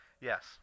Yes